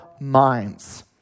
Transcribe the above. minds